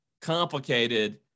complicated